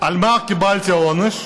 על מה קיבלתי עונש?